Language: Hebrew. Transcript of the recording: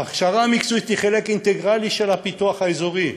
ההכשרה המקצועית היא חלק אינטגרלי של הפיתוח האזורי,